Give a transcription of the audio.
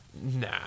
Nah